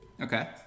Okay